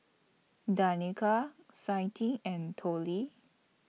Danika Clytie and Tollie